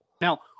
Now